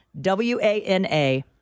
W-A-N-A